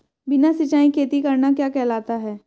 बिना सिंचाई खेती करना क्या कहलाता है?